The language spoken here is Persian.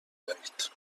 دهید